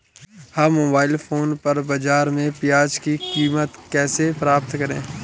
हम mobile phone पर बाज़ार में प्याज़ की कीमत कैसे पता करें?